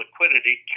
liquidity